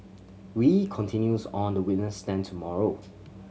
wee continues on the witness stand tomorrow